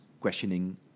questioning